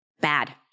bad